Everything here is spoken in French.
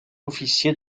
officier